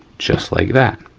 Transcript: just like that.